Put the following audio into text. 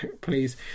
please